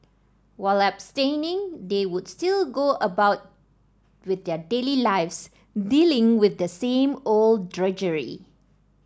while abstaining they would still go about with their daily lives dealing with the same old drudgery